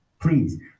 please